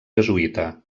jesuïta